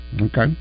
Okay